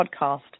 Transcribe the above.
podcast